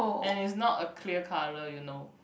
and is not a clear colour you know